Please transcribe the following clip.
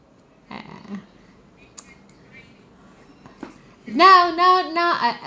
I I uh no no no I I